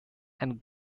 and